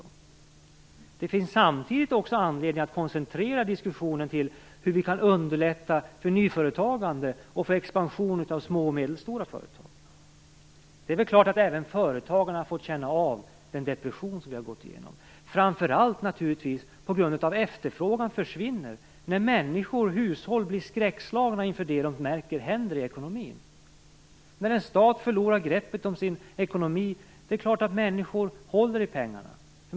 Samtidigt finns det också anledning att koncentrera diskussionen till hur vi kan underlätta för nyföretagande och för expansion av små och medelstora företag. Det är klart att även företagarna har fått känna av den depression vi har gått igenom, framför allt naturligtvis på grund av att efterfrågan försvinner. När människor, hushåll, blir skräckslagna inför det de märker händer i ekonomin, när en stat förlorar greppet om sin ekonomi, då är det klart att människor håller i pengarna.